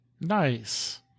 Nice